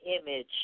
image